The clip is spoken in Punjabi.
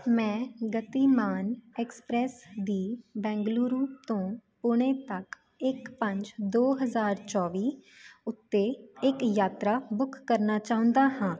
ਮੈਂ ਗਤੀਮਾਨ ਐਕਸਪ੍ਰੈਸ ਦੀ ਬੈਂਗਲੁਰੂ ਤੋਂ ਪੁਣੇ ਤੱਕ ਇੱਕ ਪੰਜ ਦੋ ਹਜ਼ਾਰ ਚੌਵੀ ਉੱਤੇ ਇੱਕ ਯਾਤਰਾ ਬੁੱਕ ਕਰਨਾ ਚਾਹੁੰਦਾ ਹਾਂ